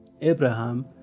Abraham